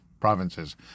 provinces